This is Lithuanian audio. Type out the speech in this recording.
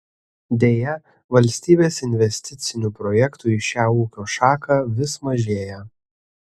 deja valstybės investicinių projektų į šią ūkio šaką vis mažėja